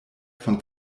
von